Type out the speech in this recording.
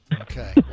Okay